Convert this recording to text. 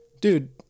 Dude